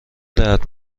درد